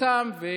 הציע,